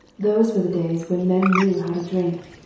those were the days when men knew how to drink.